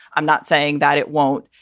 i'm not saying that it won't,